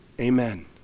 Amen